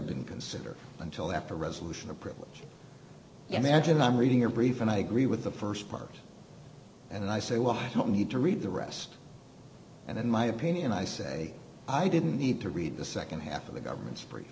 been considered until after resolution a privilege imagine i'm reading your brief and i agree with the st part and i say well i don't need to read the rest and in my opinion i say i didn't need to read the nd half of the government's pre